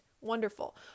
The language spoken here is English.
Wonderful